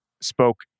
spoke